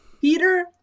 Peter